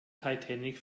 titanic